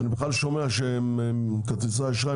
אני בכלל שומע שחברות כרטיסי האשראי